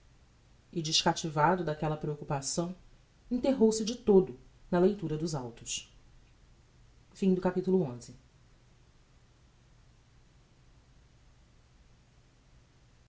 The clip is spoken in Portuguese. e descativado daquella preoccupação enterrou-se de todo na leitura dos autos xii